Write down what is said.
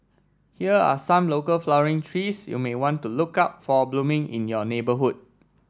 here are some local flowering trees you may want to look out for blooming in your neighbourhood